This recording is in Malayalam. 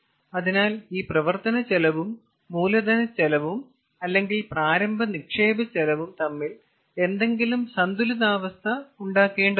അതിനാൽ ഈ പ്രവർത്തനച്ചെലവും മൂലധനച്ചെലവും അല്ലെങ്കിൽ പ്രാരംഭ നിക്ഷേപച്ചെലവും തമ്മിൽ എന്തെങ്കിലും സന്തുലിതാവസ്ഥ ഉണ്ടാക്കേണ്ടതുണ്ട്